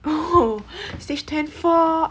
oh stage two and four